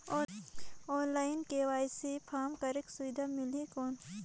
Online KYC form करेके सुविधा मिली कौन?